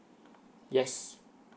yes